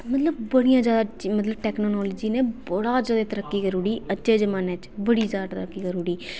मतलब बड़ी ज्यादा टेक्नोलाॉजी ऐ बड़ी ज्यादा तरक्की करी ओड़ी अज्जै दे जम़ाने च बड़ी ज्यादा तरक्की करी ओड़ी